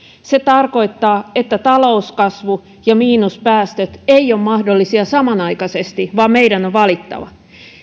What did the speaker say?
se tarkoittaa että talouskasvu ja miinuspäästöt eivät ole mahdollisia samanaikaisesti vaan meidän on valittava